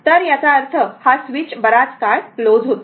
तर याचा अर्थ हा स्विच बराच काळ क्लोज होता